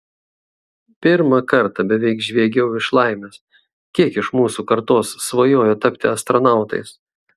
pirmą kartą beveik žviegiau iš laimės kiek iš mūsų kartos svajojo tapti astronautais